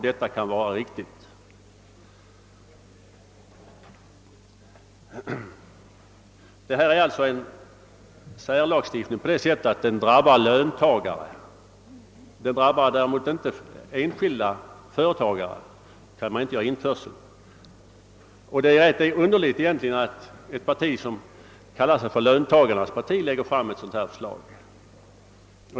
Detta är en särlagstiftning på det sättet att den drabbar löntagare. Hos enskilda företagare kan man däremot inte göra införsel. Det är egentligen rätt underligt att ett parti som kallar sig för löntagarnas parti lägger fram ett så dant här förslag.